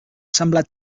semblat